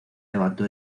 levantó